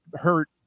hurt